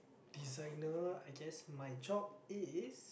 designer I guess my job is